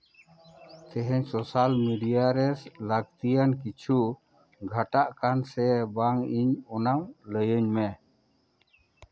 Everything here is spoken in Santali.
ᱛᱮᱦᱮᱧ ᱥᱳᱥᱟᱞ ᱢᱤᱰᱤᱭᱟ ᱨᱮ ᱞᱟᱹᱠᱛᱤᱭᱟᱱ ᱠᱤᱪᱷᱩ ᱜᱷᱟᱴᱟᱜ ᱠᱟᱱ ᱥᱮ ᱵᱟᱝ ᱤᱧ ᱚᱱᱟ ᱞᱟᱹᱭᱟᱹᱧ ᱢᱮ